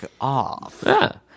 off